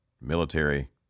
military